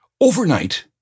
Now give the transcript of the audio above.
overnight